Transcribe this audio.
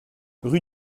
rue